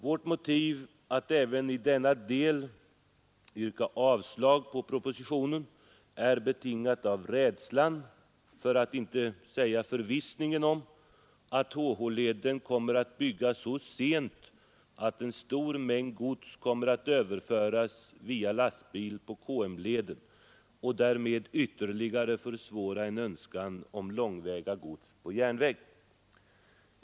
Vårt motiv för att även i denna del yrka avslag på propositionen är betingad av rädslan för, för att inte säga förvissningen om att HH-leden kommer att byggas så sent att en stor mängd gods kommer att överföras via lastbil på KM-leden, vilket ytterligare skulle försvåra en önskvärd övergång till transport av långväga gods på järnväg.